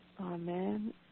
Amen